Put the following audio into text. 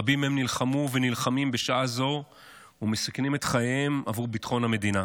רבים מהם נלחמו ונלחמים בשעה זו ומסכנים את חייהם עבור ביטחון המדינה,